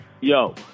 Yo